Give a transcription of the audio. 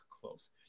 close